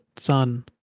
sun